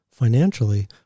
Financially